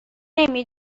نمی